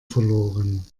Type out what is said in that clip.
verloren